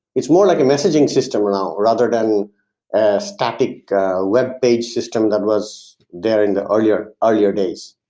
is more like a messaging system now rather than ah static webpage system that was there in the earlier ah earlier days.